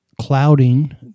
clouding